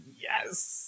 Yes